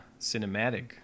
cinematic